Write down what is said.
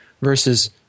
versus